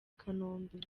kanombe